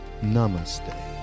Namaste